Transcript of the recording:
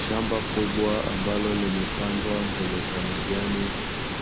Shamba kubwa ambalo limepandwa mboga za majani,